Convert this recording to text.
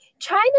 China